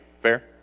fair